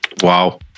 wow